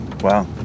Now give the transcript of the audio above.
Wow